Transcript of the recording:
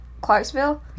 Clarksville